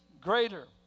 Greater